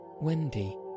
Wendy